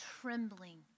trembling